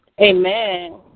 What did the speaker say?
amen